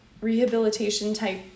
rehabilitation-type